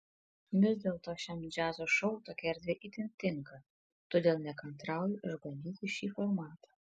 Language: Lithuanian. vis dėlto šiam džiazo šou tokia erdvė itin tinka todėl nekantrauju išbandyti šį formatą